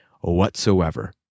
whatsoever